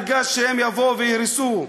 הרגשתי שהם יבואו ויהרסו.